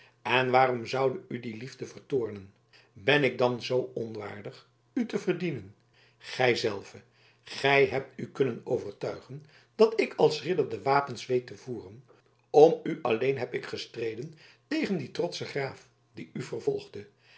en waarom zoude u die liefde vertoornen ben ik dan zoo onwaardig u te verdienen gij zelve gij hebt u kunnen overtuigen dat ik als ridder de wapens weet te voeren om u alleen heb ik gestreden tegen dien trotschen graaf die u vervolgde